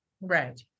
right